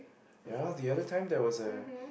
ya the other time that was a